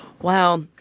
Wow